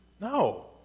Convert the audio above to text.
No